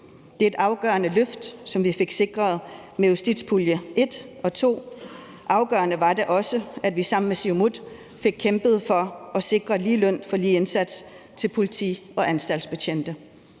Det var et afgørende løft, som vi fik sikret med justitspuljerne I og II, og det var også afgørende, at vi sammen med Siumut fik kæmpet for at sikre lige løn for en lige indsats til politi- og anstaltsbetjente.